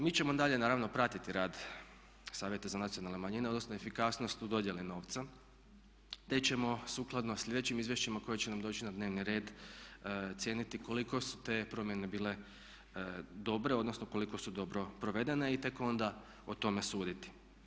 Mi ćemo dalje naravno pratiti rad Savjeta za nacionalne manjine odnosno efikasnost u dodjeli novca, te ćemo sukladno sljedećim izvješćima koje će nam doći na dnevni red cijeniti koliko su te promjene bile dobre, odnosno koliko su dobro provedene i tek onda o tome suditi.